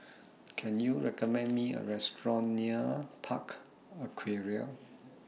Can YOU recommend Me A Restaurant near Park Aquaria